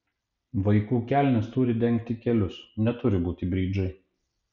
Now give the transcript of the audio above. vaikų kelnės turi dengti kelius neturi būti bridžai